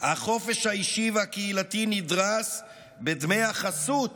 החופש האישי והקהילתי נדרס בדמי החסות